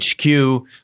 HQ